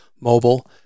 mobile